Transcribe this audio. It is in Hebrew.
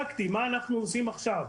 אבל פרקטית מה אנחנו עושים עכשיו?